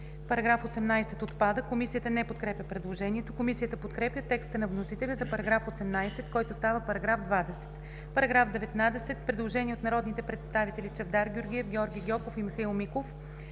„§ 18 отпада“. Комисията не подкрепя предложението. Комисията подкрепя текста на вносителя за § 18, който става § 20. Параграф 19 – предложение от народните представители Чавдар Георгиев, Георги Гьоков и Михаил Миков: